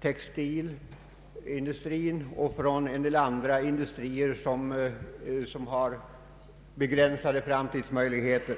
textilindustri och en del andra industrier som synes ha begränsade framtidsmöjligheter.